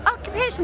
occupation